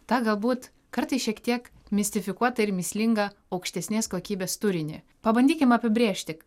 tą galbūt kartais šiek tiek mistifikuotą ir mįslingą aukštesnės kokybės turinį pabandykim apibrėžti